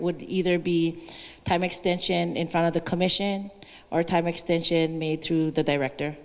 would either be time extension in front of the commission or a time extension made through the director